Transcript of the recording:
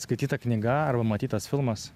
skaityta knyga arba matytas filmas